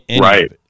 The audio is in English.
Right